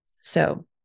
So-